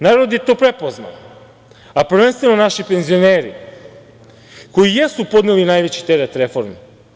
Narod je to prepoznao, a prvenstveno naši penzioneri, koji jesu podneli najveći teret reformi.